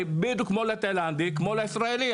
שלי בדיוק כמו לתאילנדי וכמו לישראלי,